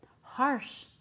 harsh